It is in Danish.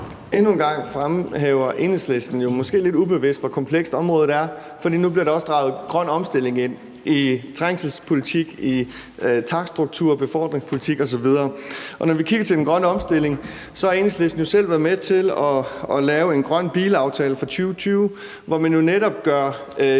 Endnu en gang fremhæver Enhedslisten jo, måske lidt ubevidst, hvor komplekst området er. For nu bliver den grønne omstilling også draget ind i trængselspolitikken, i takststruktur- og befordringspolitikken osv. Når vi kigger på den grønne omstilling, har Enhedslisten jo selv været med til at lave en grøn bilaftale for 2020, hvor man netop på